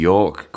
York